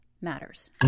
matters